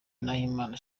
nahimana